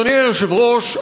אדוני היושב-ראש,